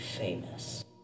famous